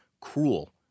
cruel